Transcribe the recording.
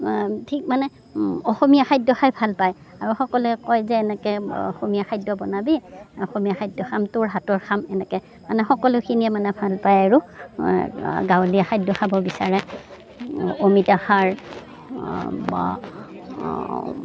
ঠিক মানে অসমীয়া খাদ্য খাই ভাল পায় আৰু সকলোৱে কয় যে এনেকে অসমীয়া খাদ্য বনাবি অসমীয়া খাদ্য খাম তোৰ হাতৰ খাম এনেকৈ মানে সকলোখিনিয়ে মানে ভাল পায় আৰু গাঁৱলীয়া খাদ্য খাব বিচাৰে অমিতা খাৰ বা